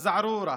אל-זערורה,